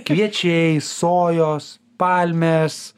kviečiai sojos palmės